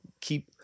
keep